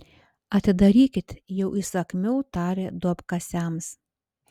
atidarykit jau įsakmiau tarė duobkasiams